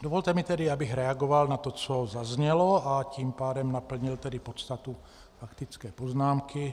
Dovolte mi tedy, abych reagoval na to, co zaznělo, a tím pádem naplnil tedy podstatu faktické poznámky.